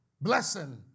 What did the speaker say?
blessing